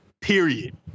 Period